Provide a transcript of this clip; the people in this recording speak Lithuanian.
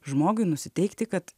žmogui nusiteikti kad